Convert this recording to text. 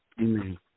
amen